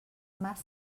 más